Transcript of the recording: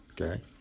okay